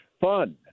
fun